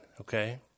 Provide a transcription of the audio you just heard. Okay